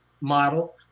model